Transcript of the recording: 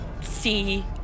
see